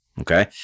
okay